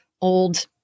old